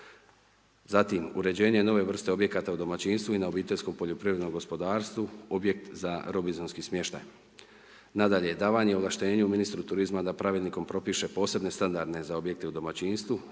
Zatim, uređenje nove vrste objekata u domaćinstvu i na obiteljskom poljoprivrednom gospodarstvu, objekt za robinzonski smještaj. Nadalje, davanje ovlaštenju ministru turizma da Pravilnikom propiše posebne standarde za objekte u domaćinstvu